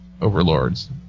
overlords